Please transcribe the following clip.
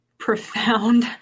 profound